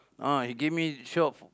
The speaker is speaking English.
ah he give me shop